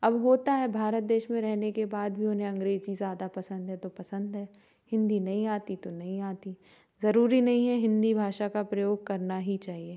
अब होता है भारत देश में रहने के बाद भी उन्हें अंग्रेजी ज़्यादा पसंद है तो पसंद है हिन्दी नहीं आती तो नहीं आती ज़रूरी नहीं है हिन्दी भाषा का प्रयोग करना ही चाहिए